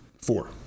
four